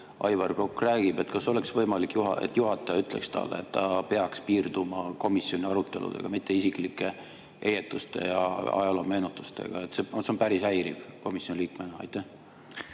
Aivar Kokk räägib, siis kas oleks võimalik, et juhataja ütleks talle, et ta peaks piirduma komisjoni aruteludega, mitte isiklike heietuste ja ajaloomeenutustega? See on päris häiriv minule kui komisjoni liikmele. Aitäh!